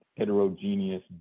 heterogeneous